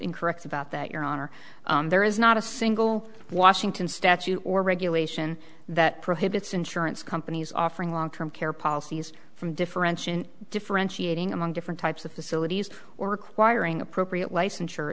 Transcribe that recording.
incorrect about that your honor there is not a single washington statute or regulation that prohibits insurance companies offering long term care policies from differential differentiating among different types of facilities or requiring appropriate licensure